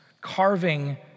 Carving